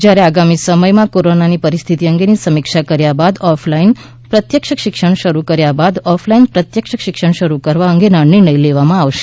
જ્યારે આગામી સમયમાં કોરોનાની પરિસ્થિતિ અંગેની સમીક્ષા કર્યા બાદ ઓફલાઈન પ્રત્યક્ષ શિક્ષણ શરૂ કર્યા બાદ ઓફલાઈન પ્રત્યક્ષ શિક્ષણ શરૂ કરવા અંગે નિર્ણય લેવામાં આવશે